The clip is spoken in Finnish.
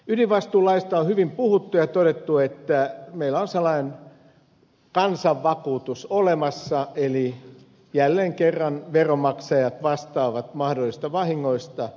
ydinvastuulaista on hyvin puhuttu ja todettu että meillä on sellainen kansan vakuutus olemassa eli jälleen kerran veronmaksajat vastaavat mahdollisista vahingoista